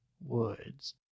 woods